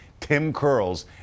TimCurls